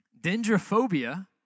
Dendrophobia